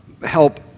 help